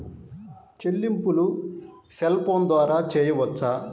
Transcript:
చెల్లింపులు cell phone ద్వారా చేయవచ్చా?